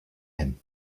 him